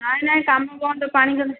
ନାହିଁ ନାହିଁ କାମ ବନ୍ଦ ପାଣି ଯଦି